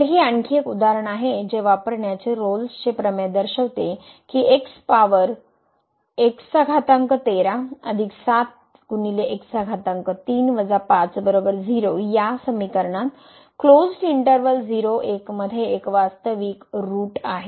तर हे आणखी एक उदाहरण आहे जे वापरण्याचे रोल्सचे प्रमेय दर्शविते की हे एक्स पॉवर ह्या समीकरनात क्लोज्ड इंटर्वल 0 1 मध्ये एक वास्तविक ऋट आहे